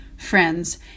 friends